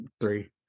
three